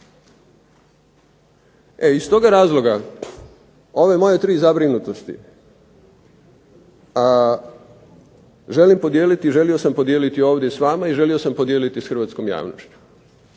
Iz toga razloga ove moje tri zabrinutosti želim podijeliti i želio sam podijeliti ovdje s vama i želio sam podijeliti s hrvatskom javnošću.